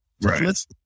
Right